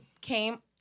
came